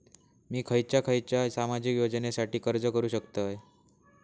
मी खयच्या खयच्या सामाजिक योजनेसाठी अर्ज करू शकतय?